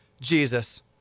Jesus